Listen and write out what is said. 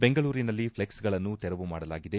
ಬೆಂಗಳೂರಿನಲ್ಲಿ ಫ್ಲೆಕ್ಸ್ಗಳನ್ನು ತೆರವು ಮಾಡಲಾಗಿದೆ